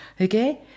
Okay